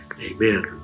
Amen